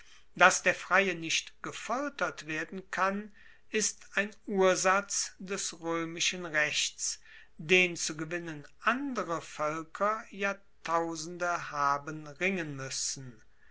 dass der freie nicht gefoltert werden kann ist ein ursatz des roemischen rechts den zu gewinnen andere voelker jahrtausende haben ringen muessen